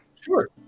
Sure